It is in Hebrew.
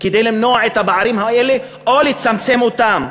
כדי למנוע את הפערים האלה או לצמצם אותם?